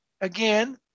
again